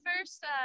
first